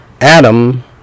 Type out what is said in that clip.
Adam